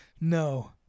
No